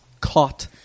caught